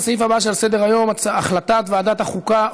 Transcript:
לסעיף הבא על סדר-היום: הצעת ועדת החוקה,